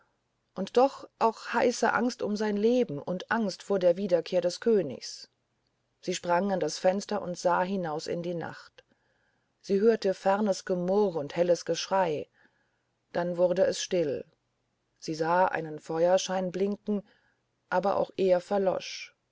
und doch auch heiße angst um sein leben und angst vor der wiederkehr des königs sie sprang an das fenster und sah hinaus in die nacht sie hörte fernes gemurr und helles geschrei dann wurde es still sie sah einen feuerschein blinken aber auch er verlosch